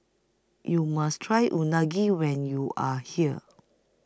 YOU must Try Unagi when YOU Are here